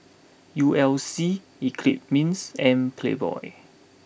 U L C Eclipse Mints and Playboy